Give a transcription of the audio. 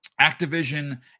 activision